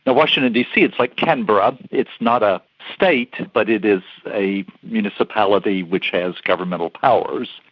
ah washington dc, it's like canberra, it's not a state but it is a municipality which has governmental powers,